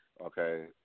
Okay